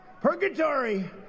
Purgatory